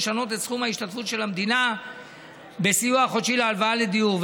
לשנות את סכום ההשתתפות של המדינה בסיוע חודשי להלוואה לדיור,